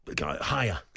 Higher